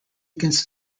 against